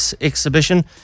exhibition